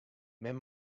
men